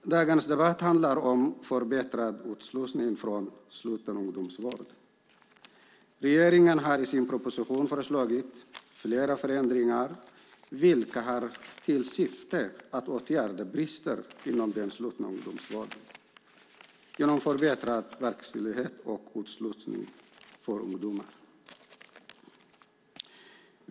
Dagens debatt handlar om förbättrad utslussning från sluten ungdomsvård. Regeringen har i sin proposition föreslagit flera förändringar vilka har till syfte att åtgärda brister inom den slutna ungdomsvården genom förbättrad verkställighet och utslussning för ungdomar.